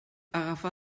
agafa